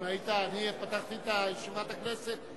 אני פתחתי את ישיבת הכנסת,